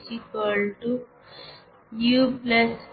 H U pV